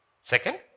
Second